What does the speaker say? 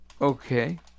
Okay